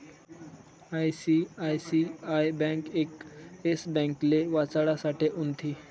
ICICI bank Yes ब्यांकले वाचाडासाठे उनथी